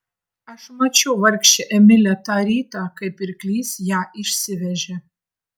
aš mačiau vargšę emilę tą rytą kai pirklys ją išsivežė